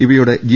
ഇവയുടെ ജി